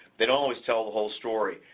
they don't always tell the whole story.